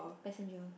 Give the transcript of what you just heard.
passenger